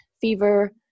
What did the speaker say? fever